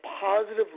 positive